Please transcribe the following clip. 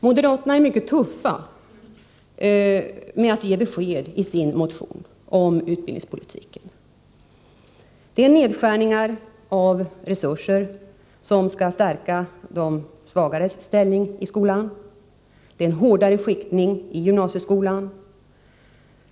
Moderaterna är mycket tuffa när det gäller att ge besked om utbildningspolitiken i sin motion. Det är nedskärningar av resurser som skall stärka de svagares ställning i skolan. Det är en hårdare skiktning i gymnasieskolan.